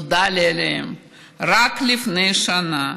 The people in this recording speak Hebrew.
נודע לי עליהם רק לפני שנה